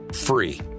free